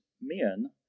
men